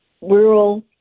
rural